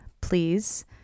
please